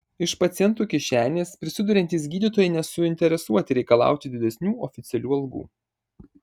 iš pacientų kišenės prisiduriantys gydytojai nesuinteresuoti reikalauti didesnių oficialių algų